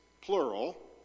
plural